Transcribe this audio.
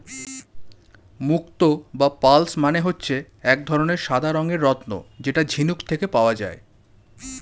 মুক্তো বা পার্লস মানে হচ্ছে এক ধরনের সাদা রঙের রত্ন যেটা ঝিনুক থেকে পাওয়া যায়